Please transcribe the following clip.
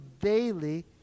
daily